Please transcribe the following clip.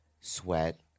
sweat